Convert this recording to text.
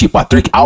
Patrick